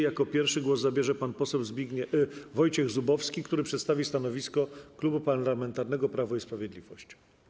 Jako pierwszy głos zabierze pan poseł Wojciech Zubowski, który przedstawi stanowisko Klubu Parlamentarnego Prawo i Sprawiedliwość.